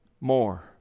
more